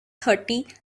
thirty